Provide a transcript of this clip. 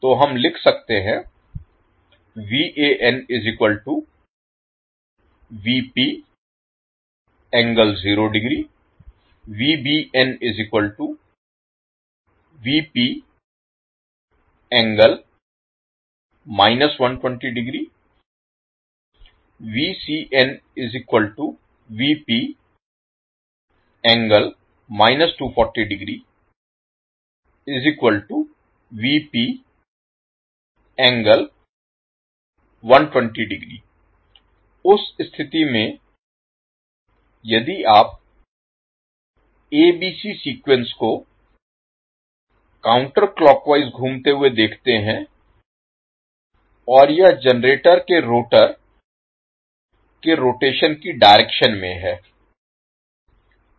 तो हम लिख सकते हैं उस स्थिति में यदि आप एबीसी सीक्वेंस को काउंटर क्लॉक वाइज घूमते हुए देखते हैं और यह जनरेटर के रोटर के रोटेशन की डायरेक्शन में है